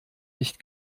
nicht